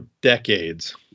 decades